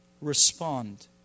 respond